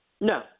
No